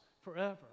forever